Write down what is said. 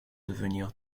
devenir